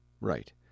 Right